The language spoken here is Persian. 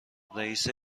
رییس